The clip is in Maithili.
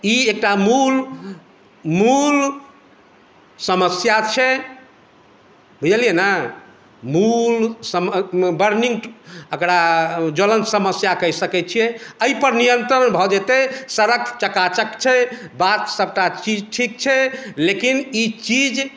ई एकटा मूल मूल समस्या छै बुझलियै ने मूल समस्या बर्निंग एकरा ज्वलन्त समस्या कहि सकै छियै एहि पर नियन्त्रण भऽ जेतै सड़क चकाचक छै बात सभटा चीज ठीक छै लेकिन ई चीज